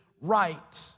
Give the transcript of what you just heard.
right